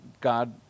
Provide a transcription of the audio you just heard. God